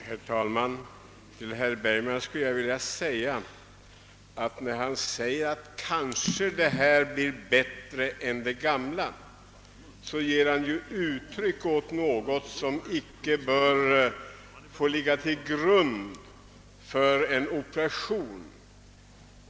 Herr talman! När herr Bergman säger att den nya ordningen kanske blir bättre än den gamla, ger han uttryck åt något som inte bör få ligga till grund för en operation.